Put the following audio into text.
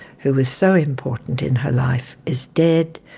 who was so important in her life, is dead,